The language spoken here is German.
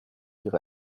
ihre